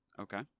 okay